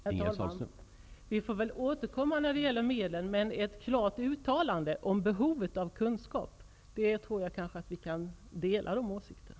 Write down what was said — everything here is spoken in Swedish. Herr talman! Vi får väl återkomma när det gäller medlen. Åsikten om behovet av kunskap kan vi kanske dela och klart uttala?